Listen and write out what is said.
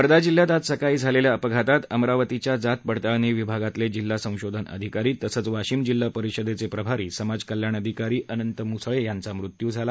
वर्धा जिल्ह्यात आज सकाळी झालेल्या अपघातात अमरावतीच्या जात पडताळणी विभागातले जिल्हा संशोधन अधिकारी तसंच वाशिम जिल्हा परिषदेचे प्रभारी समाज कल्याण अधिकारी अनंत मुसळे यांचा मृत्यू झाला